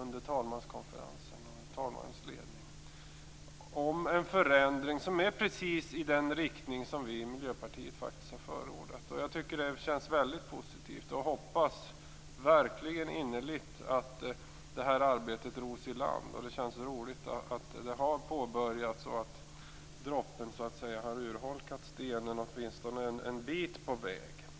under talmanskonferensen och talmannens ledning om en förändring precis i den riktning som vi i Miljöpartiet faktiskt har förordat. Jag tycker att det känns väldigt positivt. Jag hoppas verkligen innerligt att det här arbetet ros i land. Det känns roligt att det har påbörjats och att droppen har urholkat stenen åtminstone en bit på väg.